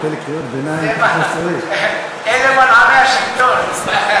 אלה מנעמי השלטון.